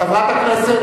חברת הכנסת,